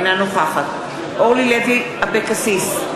אינה נוכחת אורלי לוי אבקסיס,